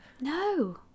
No